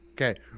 Okay